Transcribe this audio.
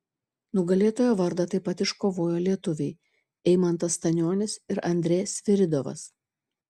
nugalėtojo vardą taip pat iškovojo lietuviai eimantas stanionis ir andrė sviridovas